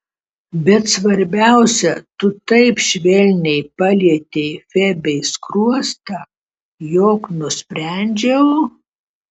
bet svarbiausia tu taip švelniai palietei febei skruostą jog nusprendžiau